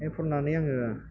फरायनानै आङो